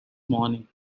morning